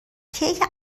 کیک